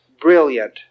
brilliant